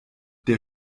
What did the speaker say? der